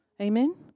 Amen